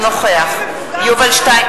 בעד יובל שטייניץ,